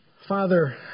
Father